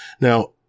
Now